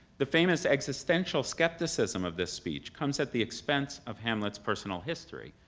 the famous existential skepticism of this speech comes at the expense of hamlet's personal history,